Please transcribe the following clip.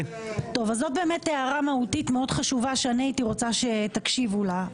אז זאת הערה מאוד מהותית מאוד חשובה שאני הייתי רוצה שתקשיבו לה.